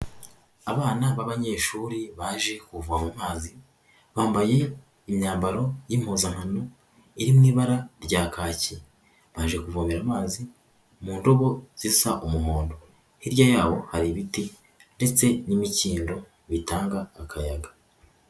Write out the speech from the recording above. Abana b'abanyeshuri baje kuvoma amazi, bambaye imyambaro y'impuzankano iri mu ibara rya kaki, baje kuvomera amazi mu ndobo zisa umuhondo, hirya yaho hari ibiti ndetse n'imikindo bitanga akayaga.